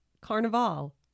Carnival